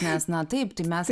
nes na taip tai mes